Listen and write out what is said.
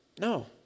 no